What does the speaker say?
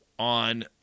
on